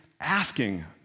asking